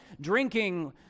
drinking